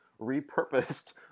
repurposed